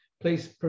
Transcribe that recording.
Please